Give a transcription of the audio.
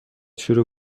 شروع